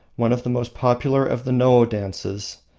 one of the most popular of the no-dances,